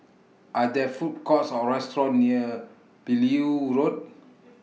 Are There Food Courts Or restaurants near Beaulieu Road